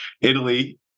Italy